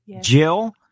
jill